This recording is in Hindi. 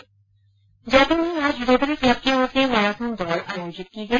जयपुर में आज रोटरी क्लब की ओर से मैराथन दौड़ आयोजित की गई